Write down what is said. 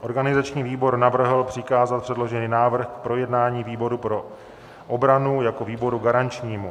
Organizační výbor navrhl přikázat předložený návrh k projednání výboru pro obranu jako výboru garančnímu.